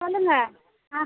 சொல்லுங்கள்